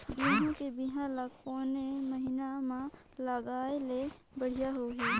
गहूं के बिहान ल कोने महीना म लगाय ले बढ़िया होही?